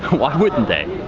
why wouldn't they?